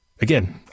again